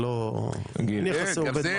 אין יחסי עובד-מעביד.